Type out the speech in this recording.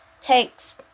takes